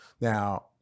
Now